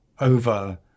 over